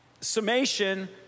summation